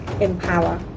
empower